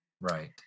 right